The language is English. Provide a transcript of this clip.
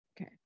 Okay